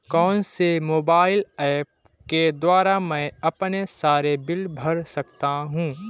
कौनसे mobile apps के द्वारा मैं अपने सारे बिल भर सकता हूं?